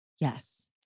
Yes